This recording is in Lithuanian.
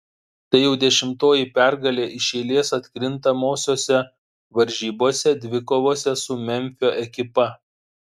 tai jau dešimtoji pergalė iš eilės atkrintamosiose varžybose dvikovose su memfio ekipa